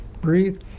Breathe